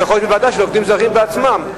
יכול להיות בוועדה לעובדים זרים עצמה.